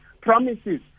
promises